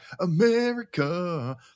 America